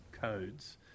codes